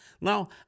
Now